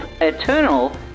Eternal